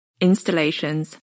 installations